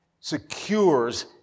secures